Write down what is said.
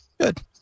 Good